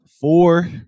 four